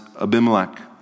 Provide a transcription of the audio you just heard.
Abimelech